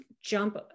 jump